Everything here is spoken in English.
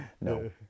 No